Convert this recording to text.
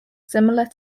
similar